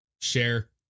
share